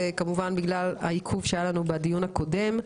זה כמובן בגלל העיכוב שהיה לנו בדיון הקודם,